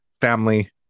family